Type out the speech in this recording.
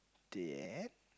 dead